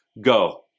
go